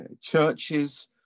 churches